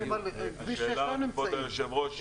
השאלה כבוד היו"ר,